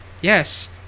Yes